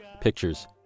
pictures